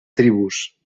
tribus